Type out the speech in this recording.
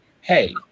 hey